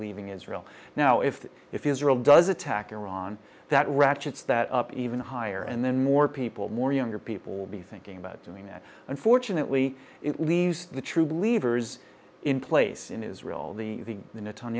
leaving israel now if if you israel does attack iran that ratchets that up even higher and then more people more younger people will be thinking about doing that unfortunately it leaves the true believers in place in israel the